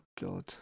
God